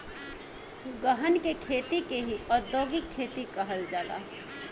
गहन के खेती के ही औधोगिक खेती कहल जाला